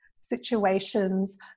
situations